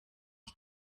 die